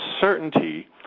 certainty